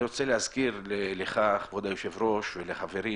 אני רוצה להזכיר לך כבוד היושב-ראש ולחברים